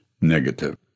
negative